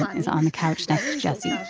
is on the couch next to jessie,